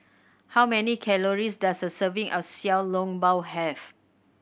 how many calories does a serving of Xiao Long Bao have